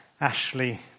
Ashley